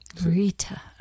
Rita